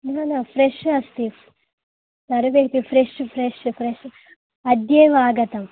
न न फ़्रेष् अस्ति सर्वेपि फ़्रेष् फ़्रेष् फ़्रेष् अद्यैव आगतं